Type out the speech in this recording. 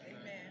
Amen